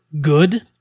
good